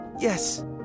Yes